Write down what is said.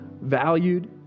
valued